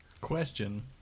Question